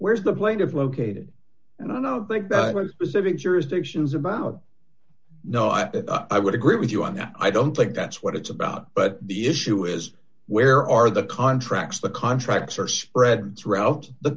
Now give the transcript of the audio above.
where's the plaintiff located and i don't think that it was specific jurisdictions about no i i would agree with you on that i don't think that's what it's about but the issue is where are the contracts the contracts are spread throughout the